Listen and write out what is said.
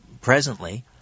presently